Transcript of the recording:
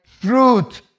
truth